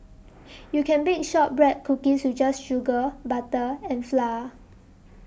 you can bake Shortbread Cookies just with sugar butter and flour